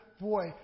boy